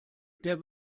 der